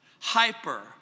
Hyper